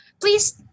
please